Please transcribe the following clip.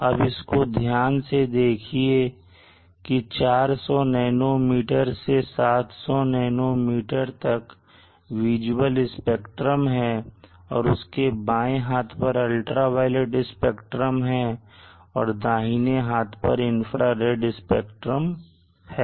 अब इसको ध्यान से देखिए की 400 नैनोमीटर से 700 नैनोमीटर तक विजिबल स्पेक्ट्रम है और उसके बाएं हाथ पर अल्ट्रावायलेट स्पेक्ट्रम है और दाहिनी हाथ पर इंफ्रारेड स्पेक्ट्रम है